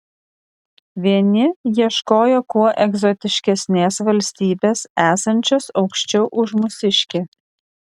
vieni ieškojo kuo egzotiškesnės valstybės esančios aukščiau už mūsiškę